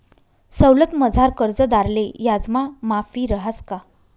सवलतमझार कर्जदारले याजमा माफी रहास का?